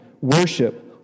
worship